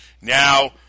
Now